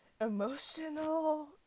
emotional